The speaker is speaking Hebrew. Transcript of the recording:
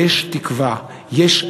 יש תקווה,